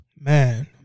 Man